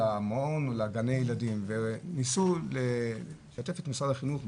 למעון או לגני הילדים וניסו לשתף את משרד החינוך,